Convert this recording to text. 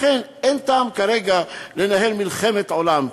לכן, אין טעם כרגע לנהל מלחמת עולם.